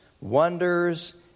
wonders